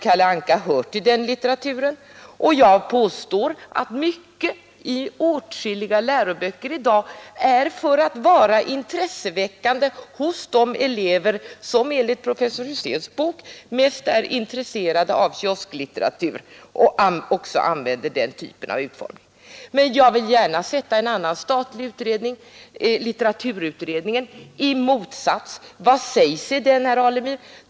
Kalle Anka hör till den litteraturen, och jag påstår att mycket i åtskilliga läroböcker i dag, för att vara intresseväckande hos de elever som enligt professor Huséns bok mest är intresserade av kiosklitteratur, har den typen av utformning. Men jag vill gärna ställa en annan statlig utredning, litteraturutredningen, i motsats till detta. Vad sägs i den, herr Alemyr?